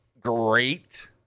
great